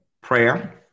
prayer